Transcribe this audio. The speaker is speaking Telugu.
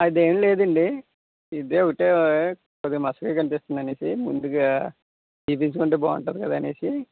అదేం లేదు అండి ఇదే ఒకటే కొద్దిగా మసకగా కనిపిస్తుంది అనేసి ముందుగా చూపించుకుంటే బాగుంటుంది కదా అనేసి